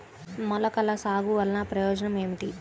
మొలకల సాగు వలన ప్రయోజనం ఏమిటీ?